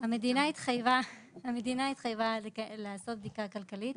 המדינה התחייבה לעשות בדיקה כלכלית